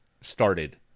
started